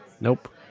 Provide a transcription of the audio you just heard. Nope